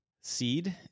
seed